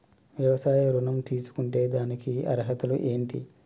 వ్యవసాయ ఋణం తీసుకుంటే దానికి అర్హతలు ఏంటి?